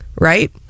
right